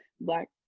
black